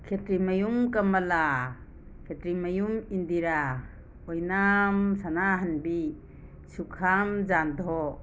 ꯈꯦꯇ꯭ꯔꯤꯃꯌꯨꯝ ꯀꯃꯂꯥ ꯈꯦꯇ꯭ꯔꯤꯃꯌꯨꯝ ꯏꯟꯗꯤꯔꯥ ꯑꯣꯏꯅꯥꯝ ꯁꯅꯥꯍꯟꯕꯤ ꯁꯨꯈꯥꯝ ꯖꯥꯟꯙꯣ